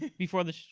before the show.